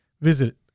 Visit